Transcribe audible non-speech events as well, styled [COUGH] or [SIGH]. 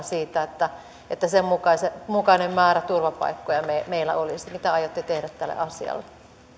[UNINTELLIGIBLE] siitä että että sen mukainen mukainen määrä turvapaikkoja meillä olisi mitä aiotte tehdä tälle asialle